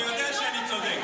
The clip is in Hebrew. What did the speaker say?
אתה יודע שאני צודק.